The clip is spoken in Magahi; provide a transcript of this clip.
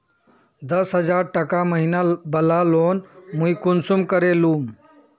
दस हजार टका महीना बला लोन मुई कुंसम करे लूम?